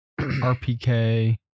RPK